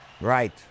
Right